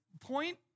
point